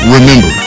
Remember